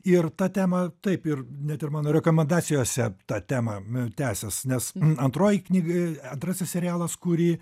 ir ta tema taip ir net ir mano rekomendacijose ta tema tęsis nes antroji knyga antrasis serialas kurį